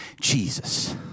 Jesus